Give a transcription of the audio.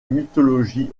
mythologie